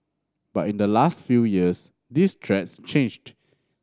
but in the last few years these threats changed